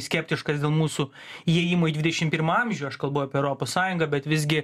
skeptiškas dėl mūsų įėjimo į dvidešim primą amžių aš kalbu apie europos sąjungą bet visgi